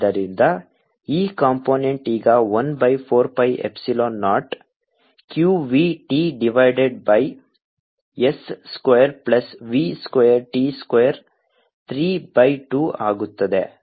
Ecomp Ecosθcosθ vts2v2t2Ecomp 14π0 qvts2v2t232z ಆದ್ದರಿಂದ E component ಈಗ 1 by 4 pi epsilon naught q v t divided by s square plus v square t square 3 by 2 ಆಗುತ್ತದೆ